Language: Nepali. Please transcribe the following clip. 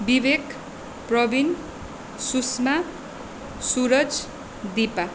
विवेक प्रवीण सुषमा सूरज दिपा